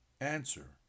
Answer